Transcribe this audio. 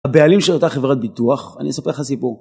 הבעלים של אותה חברת ביטוח, אני אספר לך סיפור.